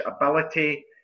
ability